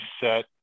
set